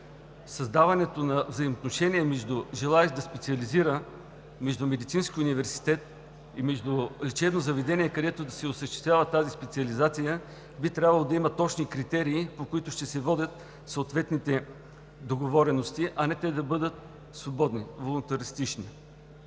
създаването на взаимоотношения между желаещ да специализира, между медицински университет и лечебно заведение, където да се осъществява тази специализация, би трябвало да има точни критерии, по които ще се водят съответните договорености, а не те да бъдат свободни, волунтаристични.